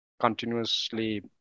continuously